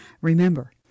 Remember